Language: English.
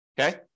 okay